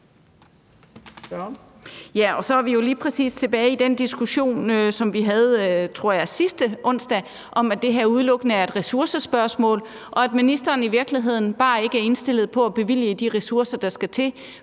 så er vi jo lige præcis tilbage i den diskussion, som vi havde, tror jeg, sidste onsdag, om, at det her udelukkende er et ressourcespørgsmål, og at ministeren i virkeligheden bare ikke er indstillet på at bevilge de ressourcer, der skal til,